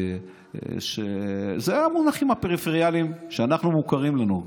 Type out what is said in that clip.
אלה המונחים הפריפריאליים שמוכרים לנו.